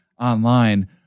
online